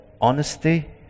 honesty